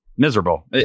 Miserable